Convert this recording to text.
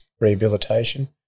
rehabilitation